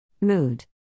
mood